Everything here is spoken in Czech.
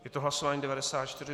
Je to hlasování 94.